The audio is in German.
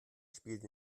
spielt